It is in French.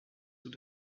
tout